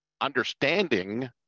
understanding